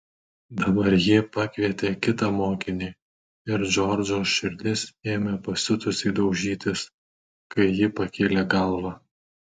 dabar ji pakvietė kitą mokinį ir džordžo širdis ėmė pasiutusiai daužytis kai ji pakėlė galvą